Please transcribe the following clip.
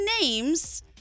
names